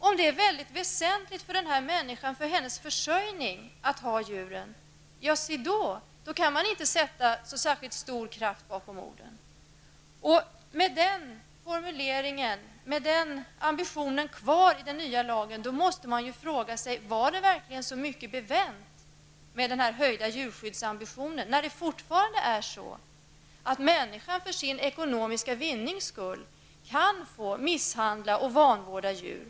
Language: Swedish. Om det är mycket väsentligt för personens försörjning att ha djuren, se då kan man inte sätta så särskilt stor kraft bakom orden! Med denna inställning i den nya lagen måste man fråga sig om det verkligen var så mycket bevänt med höjningen av djurskyddsambitionen, eftersom det fortfarande är så att människan för ekonomisk vinnings skull kan få misshandla och vanvårda djur.